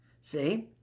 See